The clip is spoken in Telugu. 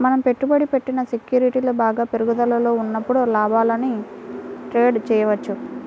మనం పెట్టుబడి పెట్టిన సెక్యూరిటీలు బాగా పెరుగుదలలో ఉన్నప్పుడు లాభానికి ట్రేడ్ చేయవచ్చు